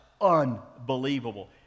unbelievable